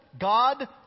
god